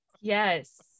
Yes